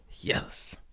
Yes